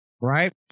right